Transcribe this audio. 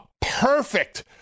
Perfect